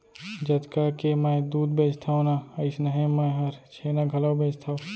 जतका के मैं दूद बेचथव ना अइसनहे मैं हर छेना घलौ बेचथॅव